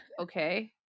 okay